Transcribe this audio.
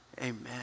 Amen